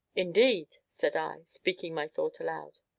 indeed, said i, speaking my thought aloud,